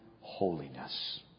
Holiness